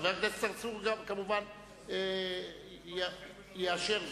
חבר הכנסת צרצור כמובן יאשר זאת.